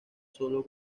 sólo